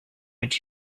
could